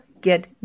get